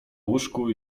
łóżku